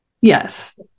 yes